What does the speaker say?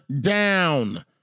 down